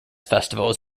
festivals